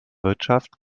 wirtschaft